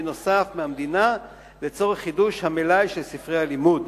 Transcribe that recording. נוסף מהמדינה לצורך חידוש המלאי של ספרי הלימוד.